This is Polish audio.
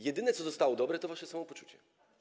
Jedyne, co zostało dobre, to wasze samopoczucie.